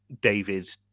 david